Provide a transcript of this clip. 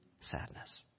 sadness